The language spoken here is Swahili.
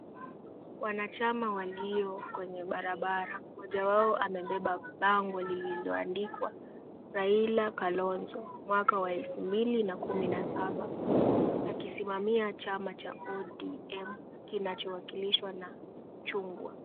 Wanachama walio kwenye barabara. Mmoja wao amebeba bango lililoandikwa Raila ,Kalonzo mwaka wa elfu mbili na kumi na saba, akisimamia chama cha ODM, kinachowakilishwa na chungwa.